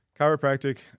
chiropractic